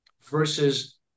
versus